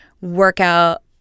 workout